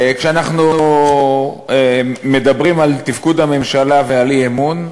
כשאנחנו מדברים על תפקוד הממשלה ועל אי-אמון,